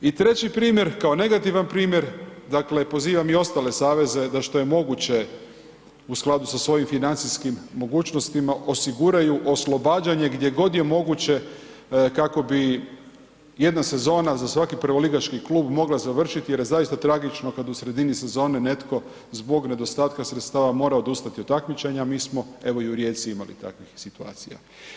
I treći primjer, kao negativan primjer, dakle pozivam i ostale saveze da što je moguće u skladu sa svojim financijskim mogućnostima osiguraju oslobađanje gdje god je moguće kako bi jedna sezona za svaki prvoligaški klub mogla završiti jer je zaista tragično kad u sredini sezone netko zbog nedostatka sredstava mora odustati od takmičenja, mi smo evo i u Rijeci imali takvih situacija.